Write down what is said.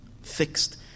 fixed